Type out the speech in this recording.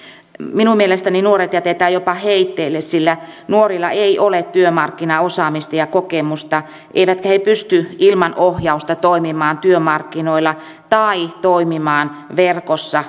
minun mielestäni nuoret jätetään jopa heitteille sillä nuorilla ei ole työmarkkinaosaamista ja kokemusta eivätkä he pysty ilman ohjausta toimimaan työmarkkinoilla tai toimimaan verkossa